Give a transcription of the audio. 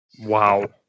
Wow